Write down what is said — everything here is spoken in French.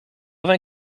vingt